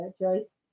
Joyce